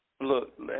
Look